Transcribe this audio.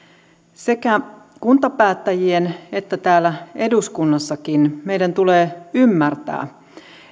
sekä kuntapäättäjien että meidän täällä eduskunnassakin tulee ymmärtää